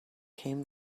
came